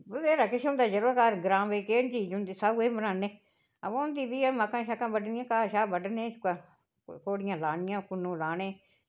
बत्थेरा किश होंदा यरो घर ग्रांऽ बिच्च केह् चीज़ नी होंदी सब किश बनाने ओह् होंदी बी ऐ मक्कां शक्कां बड्डनियां घाऽ शाऽ बड्डने कोड़ियां लानियां कुन्नु लाने